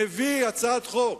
מביא הצעת חוק